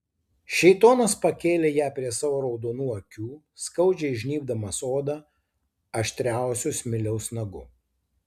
šėtonas pakėlė ją prie savo raudonų akių skaudžiai žnybdamas odą aštriausiu smiliaus nagu